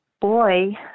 boy